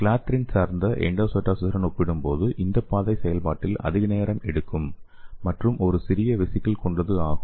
clathrin சார்ந்த எண்டோசைட்டோசிஸுடன் ஒப்பிடும்போது இந்த பாதை செயல்பாட்டில் அதிக நேரம் எடுக்கும் மற்றும் ஒரு சிறிய வெசிகிள்ஸ் கொண்டது ஆகும்